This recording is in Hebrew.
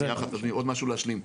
שנייה אחת, עוד משהו להשלים.